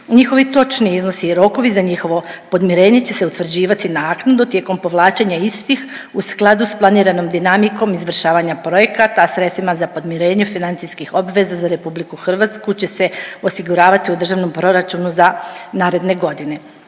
njihovi točni iznosi i rokovi za njihovo podmirenje će se utvrđivati naknadno tijekom povlačenja istih u skladu s planiranom dinamikom izvršavanja projekata, a sredstvima za podmirenje financijskih obveza za RH će se osiguravati u državnom proračunu za naredne godine.